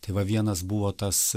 tai va vienas buvo tas